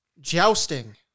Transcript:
jousting